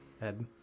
head